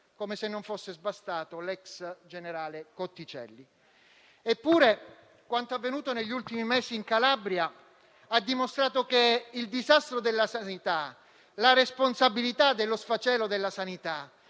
come se non fosse bastato l'ex generale Cotticelli. Eppure, quanto è avvenuto negli ultimi mesi in Calabria ha dimostrato che il disastro della sanità e la responsabilità dello sfacelo della sanità